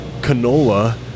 canola